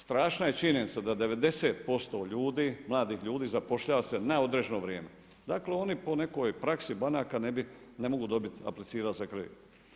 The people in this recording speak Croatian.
Strašna je činjenica da 90% mladih ljudi zapošljava se na određeno vrijeme, dakle oni po nekoj praksi banaka ne mogu aplicirati za kredit.